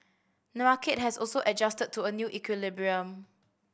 the market has also adjusted to a new equilibrium